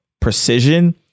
precision